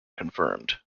confirmed